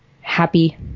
happy